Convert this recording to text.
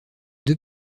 deux